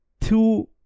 two